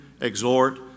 exhort